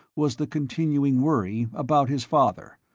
was the continuing worry about his father,